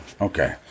Okay